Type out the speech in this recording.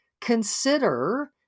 consider